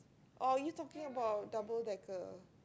or are you talking about double decker